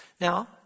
Now